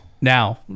now